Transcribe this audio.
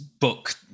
book